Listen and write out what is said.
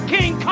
King